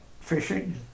fishing